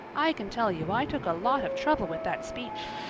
i can tell you i took a lot of trouble with that speech.